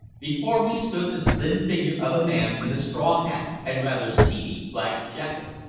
before me stood the slim figure of a man in a straw hat and rather seedy black jacket.